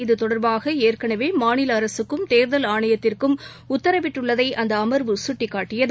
இது தொடர்பாகஏற்களவேமாநிலஅரசுக்கும் தேர்தல் ஆணையத்திற்கும் உத்தரவிட்டுள்ளதைஅந்தஅமர்வு கட்டிக்காட்டியது